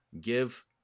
give